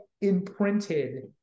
imprinted